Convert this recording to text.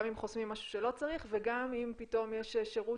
גם אם חוסמים משהו שלא צריך וגם אם פתאום יש שירות